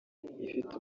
ifite